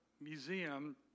Museum